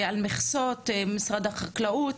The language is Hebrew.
על מכסות ממשרד החקלאות.